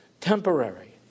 temporary